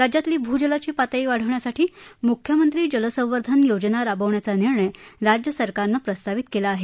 राज्यातली भूजलाची पातळी वाढविण्यासाठी मुख्यमंत्री जलसंवर्धन योजना राबविण्याचा निर्णय राज्य सरकारने प्रस्तावित केला आहे